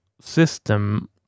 system